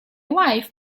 wife